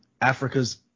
Africa's